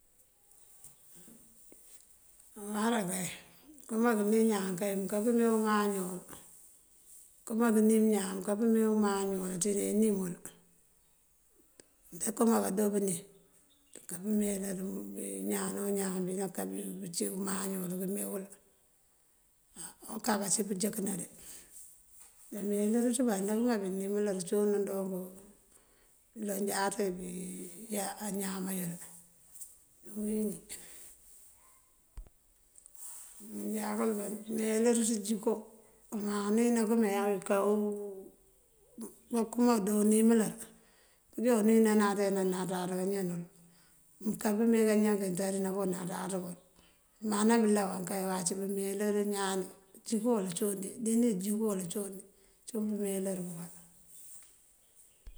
Awará kay, mënkëma kënim ñaan mënká pëme umaañool, mënkëma kënim ñaan mënka pëme umaañool ţíne inimul. Ndakëma kado bënim ndaka pëmeyëlër ñaan o ñaan bina kábí pëcí umaañool këmewul. A ukaka cí pëjúk nade, ndameyëlëriţ bá ndëkëma ndënimëlër cúun nandooţ uloŋ jáaţa ibíyá añáama yul dí uwíin njí. Manjakúl ndameyëlerëţ jiko maa unúwí nakëme yá kawúu bakëme doon nimëlër pëjo unúwí nanaţe wí nanaţáaţ kañanul, mënká pëme kañan kinţari nako naţáaţ kul. Bëman áa bëlawan kay wac bëmeyëlër ñaaní jiko wul cúundí dini jiko wul cúundí cúun pëmeyëlër bukal.